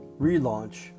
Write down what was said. relaunch